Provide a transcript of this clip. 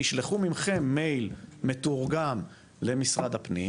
ישלחו מכם מייל מתורגם למשרד הפנים,